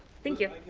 thank you.